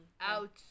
Out